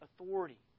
authority